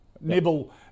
Nibble